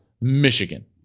Michigan